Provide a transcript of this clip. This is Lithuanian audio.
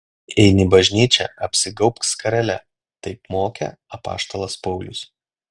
jei eini į bažnyčią apsigaubk skarele taip mokė apaštalas paulius